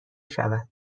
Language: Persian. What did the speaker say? شود